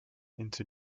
into